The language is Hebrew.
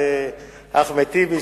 אחמד טיבי,